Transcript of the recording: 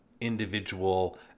individual